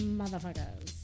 motherfuckers